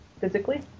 Physically